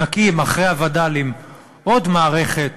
נקים אחרי הווד"לים עוד מערכת